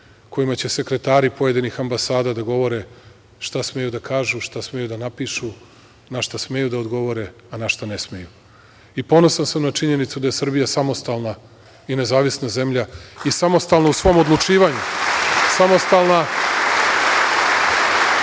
kojima će sekretari pojedinih ambasada da govore šta smeju da kažu, šta smeju da napišu, na šta smeju da odgovore, a na šta ne smeju. I ponosan sam na činjenicu da je Srbija samostalna i nezavisna zemlja i samostalna u svom odlučivanju, samostalna